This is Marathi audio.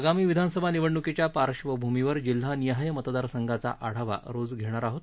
आगामी विधानसभा निवडण्कीच्या पार्श्वभूमीवर जिल्हानिहाय मतदार संघांचा आपण रोज आढावा घेणार आहोत